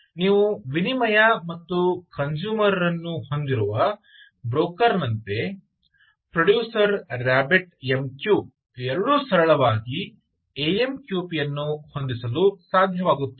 ನೀವು ವಿನಿಮಯ ಮತ್ತು ಕನ್ಸೂಮರ್ ರನ್ನು ಹೊಂದಿರುವ ಬ್ರೋಕರ್ ನಂತೆ ಪ್ರೊಡ್ಯೂಸರ್ ರಾಬಿಟ್ mQ ಎರಡೂ ಸರಳವಾಗಿ ಎ ಎಂ ಕ್ಯೂ ಪಿ ಅನ್ನು ಹೊಂದಿಸಲು ಸಾಧ್ಯವಾಗುತ್ತದೆ